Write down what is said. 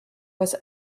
was